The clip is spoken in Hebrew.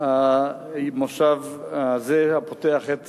המושב הזה, הפותח את